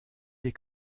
des